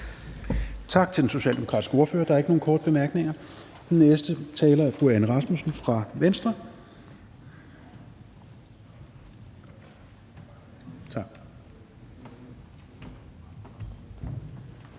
Tak til den socialdemokratiske ordfører. Der er ikke nogen korte bemærkninger. Den næste taler er fru Anne Rasmussen fra Venstre.